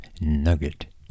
nugget